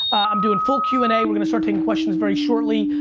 i'm doing full q and a, we're gonna start taking questions very shortly.